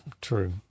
True